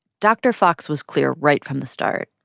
dr. fox was clear right from the start.